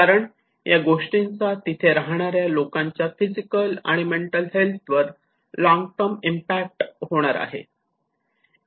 कारण या गोष्टीचा तिथे राहणाऱ्या लोकांच्या फिजिकल आणि मेंटल हेल्थ वर लॉंग टर्म इम्पॅक्ट होणार आहे